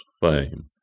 fame